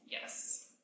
Yes